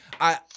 I-